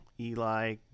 Eli